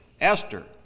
Esther